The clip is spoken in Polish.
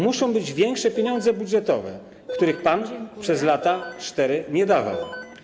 Muszą być większe pieniądze budżetowe, których pan przez lata 4 nie dawał.